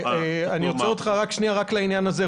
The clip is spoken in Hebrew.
אני עוצר רק שנייה, רק לעניין הזה.